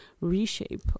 reshape